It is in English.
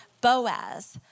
Boaz